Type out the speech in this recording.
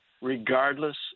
regardless